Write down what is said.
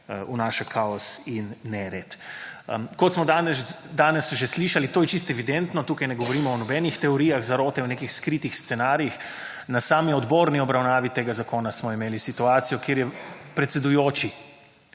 vnaša kaos in nered. Kot smo danes že slišali, to je čisto evidentno, tukaj ne govorimo o nobenih teorijah zarote, o nekih skritih scenarijih. Na sami odborni obravnavi tega zakona smo imeli situacijo kjer je predsedujoči